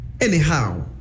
anyhow